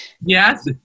Yes